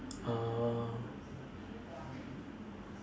uh